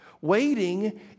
Waiting